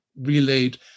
relayed